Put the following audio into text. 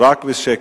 רק בשקט.